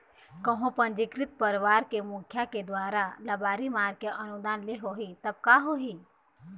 कहूँ पंजीकृत परवार के मुखिया के दुवारा लबारी मार के अनुदान ले होही तब का होही?